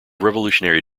revolutionary